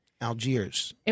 Algiers